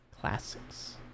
Classics